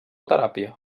teràpia